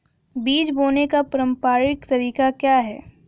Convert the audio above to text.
बीज बोने का पारंपरिक तरीका क्या है?